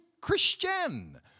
Christian